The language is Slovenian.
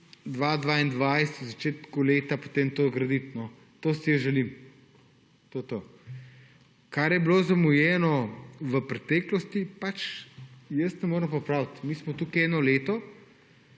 v začetku leta 2022 potem to graditi. To si jaz želim. To je to. Kar je bilo zamujeno v preteklosti, pač jaz ne morem popraviti. Mi smo tukaj eno leto.